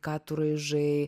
ką tu raižai